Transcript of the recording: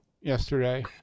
yesterday